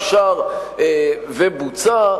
אושר ובוצע,